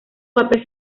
papel